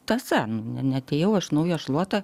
tąsa neatėjau aš nauja šluota